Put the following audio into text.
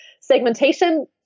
Segmentation